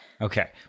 Okay